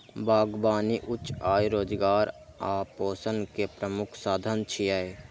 बागबानी उच्च आय, रोजगार आ पोषण के प्रमुख साधन छियै